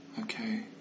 Okay